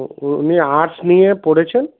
মেয়ে আর্টস নিয়ে পড়েছেন